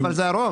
אבל זה הרוב.